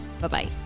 Bye-bye